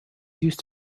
used